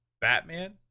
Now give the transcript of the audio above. Batman